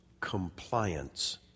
compliance